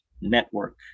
network